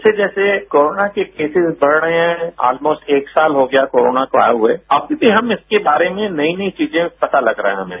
जैसे जैसे कोरोना के केसेज बढ़ रहे हैं आलमोस्ट एक साल हो गया कोरोना को आए हुए अब भी हमें इसके बारे में नई नई चीजें मालूम चल रही हैं हमें